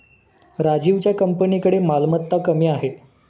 राजीवच्या कंपनीकडे मालमत्ता कमी आहे